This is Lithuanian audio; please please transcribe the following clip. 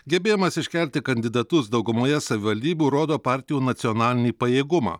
gebėjimas iškelti kandidatus daugumoje savivaldybių rodo partijų nacionalinį pajėgumą